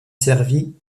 servi